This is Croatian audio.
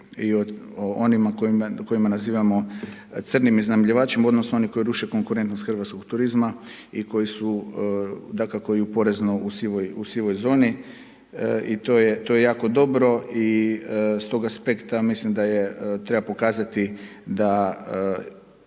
i o onima kojima nazivamo crnim iznajmljivačima, odnosno, oni koji ruše konkurentnost hrvatskog turizma i koji su dakako i porezno sivoj zoni. I to je jako dobro i stoga aspekta mislim da treba pokazati da